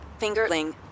fingerling